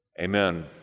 amen